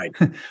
Right